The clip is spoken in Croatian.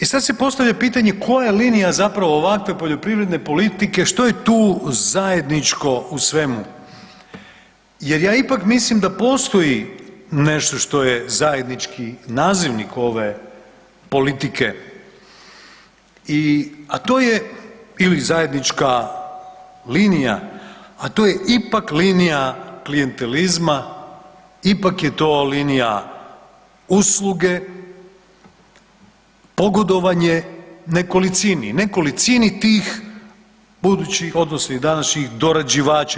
E sad se postavlja pitanje koja linija zapravo ovakve poljoprivredne politike, što je tu zajedničko u svemu jer ja ipak mislim da postoji nešto što je zajednički nazivnik ove politike i, a to je, ili zajednička linija, a to je ipak linija klijentelizma, ipak je to linija usluge, pogodovanje nekolicini, nekolicini tih budućih, odnosno i današnjih dorađivača.